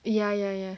ya ya ya